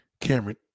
Cameron